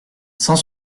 cent